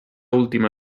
última